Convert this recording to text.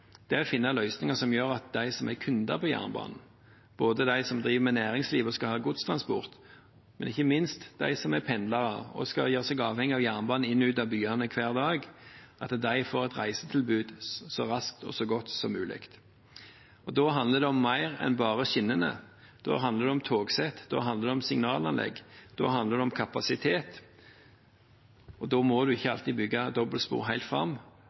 er å finne løsninger som gjør at de som er kunder på jernbanen, næringslivet som skal ha godstransport og ikke minst at de som er pendlere og som er avhengig av jernbanen inn og ut av byene hver dag, får et reisetilbud så raskt og så godt som mulig. Da handler det om mer enn bare skinnene. Da handler det om togsett, om signalanlegg og om kapasitet. En må ikke alltid bygge dobbeltspor helt fram